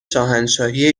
شاهنشاهی